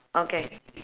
okay